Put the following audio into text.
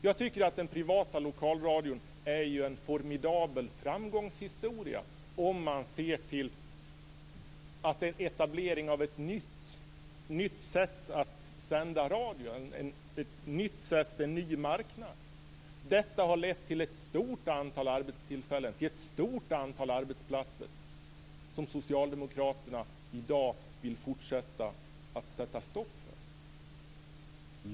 Jag tycker att den privata lokalradion är en formidabel framgångshistoria om man ser till att det är en etablering av ett nytt sätt att sända radio. Det är en ny marknad. Detta har lett till ett stort antal arbetstillfällen och till ett stort antal arbetsplatser som Socialdemokraterna vill sätta stopp för i dag.